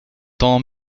tant